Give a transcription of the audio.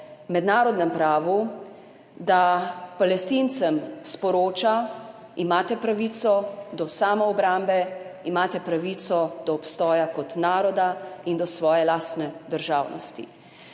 mednarodnem pravu, da Palestincem sporoča, imate pravico do samoobrambe, imate pravico do obstoja kot naroda in do svoje lastne državnosti.